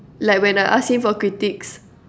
like when I asking him for critics